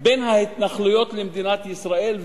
בין ההתנחלויות למדינת ישראל,